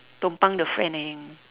tumpang the friend eh